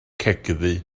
cegddu